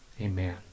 Amen